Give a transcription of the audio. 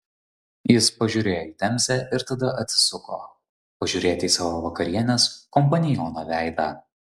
jis pažiūrėjo į temzę ir tada atsisuko pažiūrėti į savo vakarienės kompaniono veidą